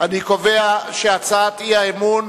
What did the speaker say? אני קובע שהצעת האי-אמון